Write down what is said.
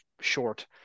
short